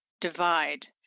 divide